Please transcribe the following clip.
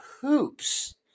hoops